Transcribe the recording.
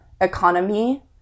economy